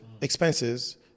expenses